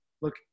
look